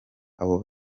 abo